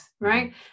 right